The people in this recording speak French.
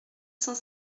cent